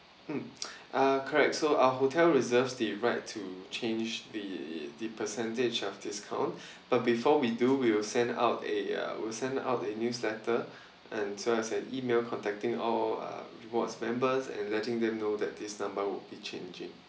mm uh correct so our hotel reserves the right to change the the percentage of discount but before we do we will send out a uh will send out a newsletter and as well as an email contacting all uh rewards members and letting them know that this number will be changing